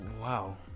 Wow